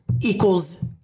equals